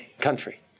country